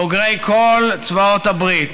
בוגרי כל צבאות הברית,